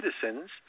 citizens